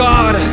God